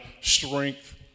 strength